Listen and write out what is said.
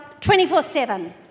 24-7